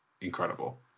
incredible